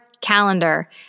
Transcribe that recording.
calendar